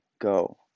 go